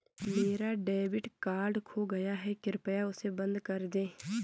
मेरा debit card खो गया है, कृपया उसे बंद कर दें